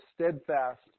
steadfast